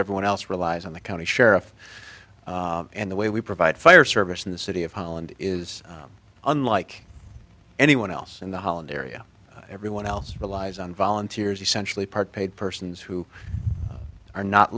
everyone else relies on the county sheriff and the way we provide fire service in the city of holland is unlike anyone else in the holiday area everyone else relies on volunteers essentially part paid persons who are not